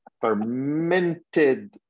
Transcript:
fermented